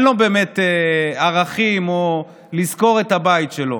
אין לו באמת ערכים, או לזכור את הבית שלו.